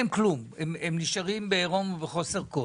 אין להם כלום, הם נשארים בעירום ובחוסר כל.